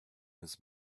his